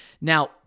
Now